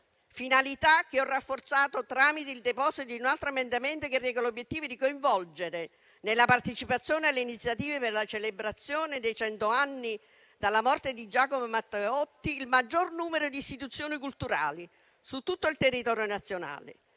finalità tramite il deposito di un altro emendamento che ha l'obiettivo di coinvolgere, nella partecipazione alle iniziative per la celebrazione dei cento anni dalla morte di Giacomo Matteotti, il maggior numero di istituzioni culturali su tutto il territorio nazionale,